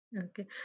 Okay